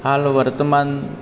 હાલ વર્તમાન